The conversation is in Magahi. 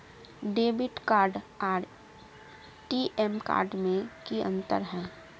डेबिट कार्ड आर टी.एम कार्ड में की अंतर है?